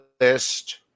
list